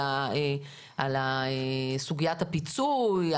על סוגיית הפיצוי,